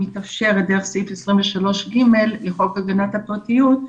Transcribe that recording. מתאפשרת דרך סעיף 23 ג' לחוק הגנת הפרטיות,